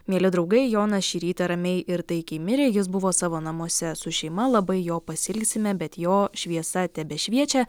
mieli draugai jonas šį rytą ramiai ir taikiai mirė jis buvo savo namuose su šeima labai jo pasiilgsime bet jo šviesa tebešviečia